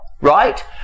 right